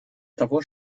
того